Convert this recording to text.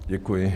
Děkuji.